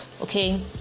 okay